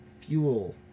Fuel